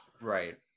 right